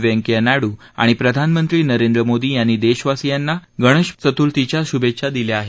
व्यंकय्या नायडू आणि प्रधानमंत्री नरेंद्र मोदी यांनी देशवासियाना गणेश चतुर्थीच्या शुभेच्छा दिल्या आहेत